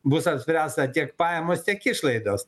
bus apspręsta tik pajamos tiek išlaidos